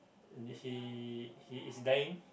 he he is dying